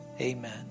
Amen